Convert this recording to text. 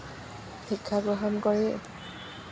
শিক্ষা গ্ৰহণ কৰি